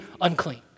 unclean